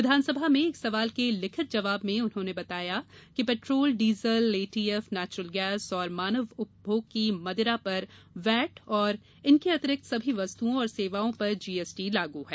विधानसभा में एक सवाल के लिखित जवाब में उन्होने बताया कि petrol diesel A TF natural gas एवं मानव उपभोग की मदिरा पर वेट और इनके अतिरिक्त सभी वस्तुओं और सेवाओं पर जीएसटी लागू है